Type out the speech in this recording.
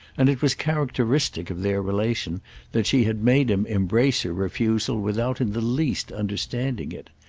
and it was characteristic of their relation that she had made him embrace her refusal without in the least understanding it.